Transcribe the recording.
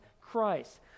Christ